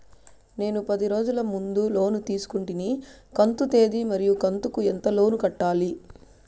నేను పది రోజుల ముందు లోను తీసుకొంటిని కంతు తేది మరియు కంతు కు ఎంత లోను కట్టాలి?